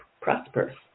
prosperous